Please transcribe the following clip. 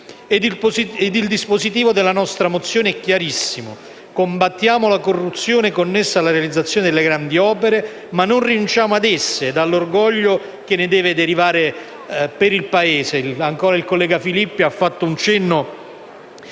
Il dispositivo della nostra mozione è chiarissimo: combattiamo la corruzione connessa alla realizzazione delle grandi opere, ma non rinunciamo ad esse, all'orgoglio che ne deve derivare per il Paese.